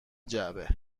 جعبه